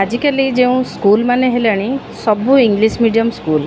ଆଜିକାଲି ଯେଉଁ ସ୍କୁଲ୍ମାନେ ହେଲାଣି ସବୁ ଇଂଲିଶ ମିଡ଼ିୟମ୍ ସ୍କୁଲ୍